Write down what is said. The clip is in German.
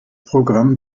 programm